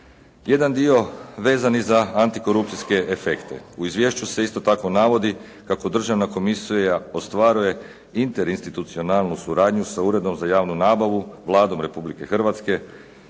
Jedan dio vezan je za antikorupcijske efekte. U Izvješću se isto tako navodi kako Državna komisija ostvaruje interinstitucionalnu suradnju sa Uredom za javnu nabavu, Vladom Republike Hrvatske,